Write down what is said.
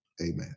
amen